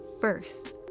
first